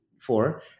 four